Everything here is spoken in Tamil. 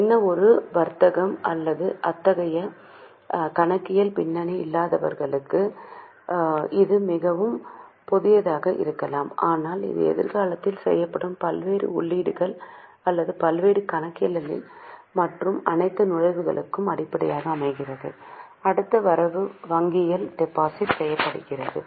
எந்தவொரு வர்த்தகம் அல்லது அத்தகைய கணக்கியல் பின்னணி இல்லாதவர்களுக்கு இது மிகவும் புதியதாக இருக்கலாம் ஆனால் இது எதிர்காலத்தில் செய்யப்படும் பல்வேறு உள்ளீடுகள் அல்லது பல்வேறு கணக்கியல்களின் மற்ற அனைத்து நுழைவுகளுக்கும் அடிப்படையாக அமைகிறது அடுத்த வரவு வங்கியில் டெபாசிட் செய்யப்பட்டது